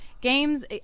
Games